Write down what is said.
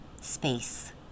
space